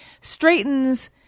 straightens